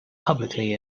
publicly